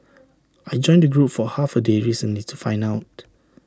I joined the group for half A day recently to find out